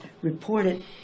reported